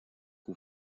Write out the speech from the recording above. aux